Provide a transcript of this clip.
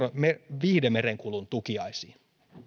viihdemerenkulun tukiaisiin